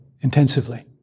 intensively